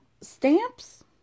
Stamps